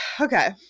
Okay